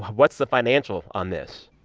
what's the financial on this?